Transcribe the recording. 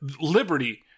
Liberty